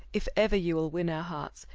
if ever you will win our hearts,